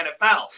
NFL